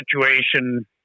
situation